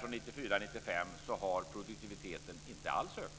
från 1994-1995 inte alls har ökat.